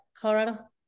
Colorado